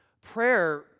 prayer